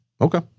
Okay